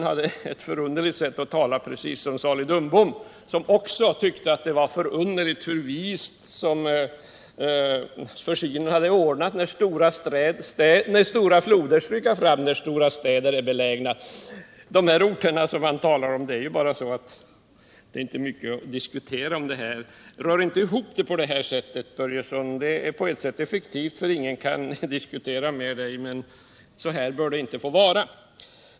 Han talade precis som Salig Dumbom, som tyckte att det var förunderligt hur vist försynen hade ordnat det ”som floder överallt placerat där stora städer stryka fram”. Det är ju bara så att de orter han talar om inte är mycket att diskutera. Rör inte ihop det på det här sättet, Fritz Börjesson! Det är på ett sätt effektivt, eftersom det gör att ingen kan diskutera med honom. Men så här bör det inte få vara.